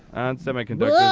on semiconductor.